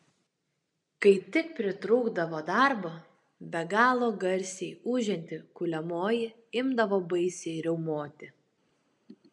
kai tik pritrūkdavo darbo be galo garsiai ūžianti kuliamoji imdavo baisiai riaumoti